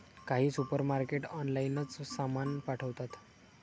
काही सुपरमार्केट ऑनलाइनच सामान पाठवतात